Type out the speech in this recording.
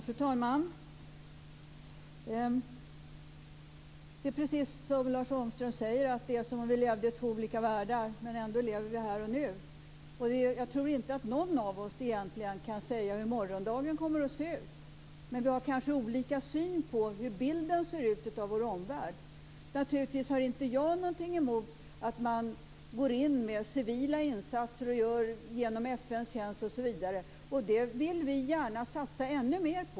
Fru talman! Det är precis som Lars Ångström säger - som om vi levde i två olika världar. Ändå lever vi här och nu. Jag tror inte att någon av oss egentligen kan säga hur morgondagen kommer att se ut. Men vi har kanske olika syn på hur bilden av vår omvärld ser ut. Naturligtvis har inte jag något emot att man går in med civila insatser, genom FN osv. Det vill vi gärna satsa ännu mer på.